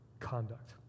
conduct